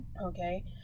Okay